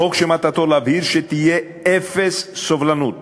חוק שמטרתו להבהיר שתהיה אפס סובלנות